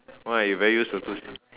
why you very used to two C